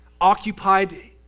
occupied